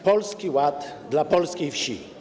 Polski Ład dla polskiej wsi.